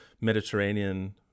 mediterranean